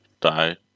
die